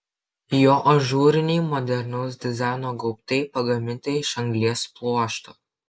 jo ažūriniai modernaus dizaino gaubtai pagaminti iš anglies pluošto